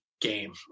game